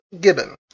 gibbon